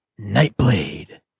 Nightblade